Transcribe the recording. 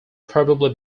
probably